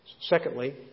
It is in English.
Secondly